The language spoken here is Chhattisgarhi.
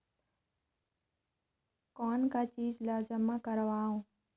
कौन का चीज ला जमा करवाओ?